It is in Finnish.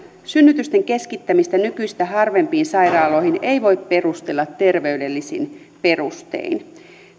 synnytysten keskittämistä nykyistä harvempiin sairaaloihin ei voi perustella terveydellisin perustein